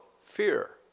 fear